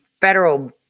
federal